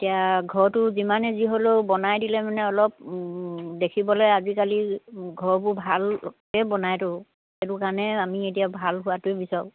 এতিয়া ঘৰটো যিমানে যি হ'লেও বনাই দিলে মানে অলপ দেখিবলৈ আজিকালি ঘৰবোৰ ভালকৈ বনায়তো সেইটো কাৰণে আমি এতিয়া ভাল হোৱটোৱে বিচাৰোঁ